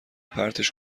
پرتش